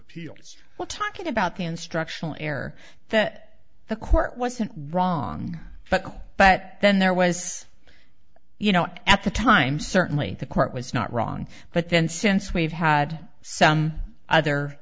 appeals we're talking about instructional error that the court wasn't wrong but all but then there was you know at the time certainly the court was not wrong but then since we've had some other